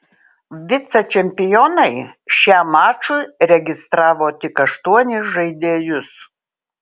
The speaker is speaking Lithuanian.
vicečempionai šiam mačui registravo tik aštuonis žaidėjus